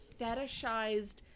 fetishized